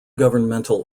governmental